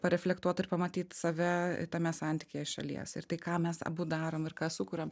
pareflektuot ir pamatyt save tame santykyje iš šalies ir tai ką mes abu darom ir ką sukuriam